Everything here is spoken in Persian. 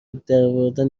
درآوردن